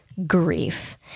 grief